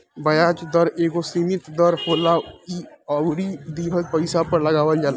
ब्याज दर एगो सीमित दर होला इ उधारी दिहल पइसा पर लगावल जाला